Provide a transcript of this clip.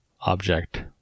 object